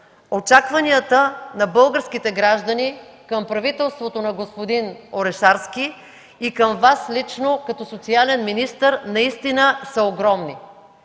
очакванията на българските граждани към правителството на господин Орешарски и към Вас лично като социален министър са огромни.